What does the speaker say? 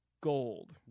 Gold